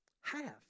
Half